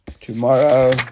Tomorrow